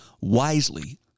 wisely